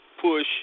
push